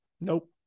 Nope